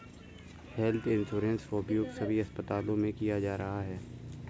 health insurance का उपयोग सभी अस्पतालों में किया जा रहा है